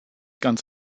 ganz